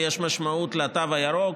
ויש משמעות לתו הירוק,